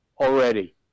Already